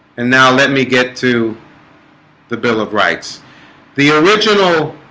and now let me get to the bill of rights the original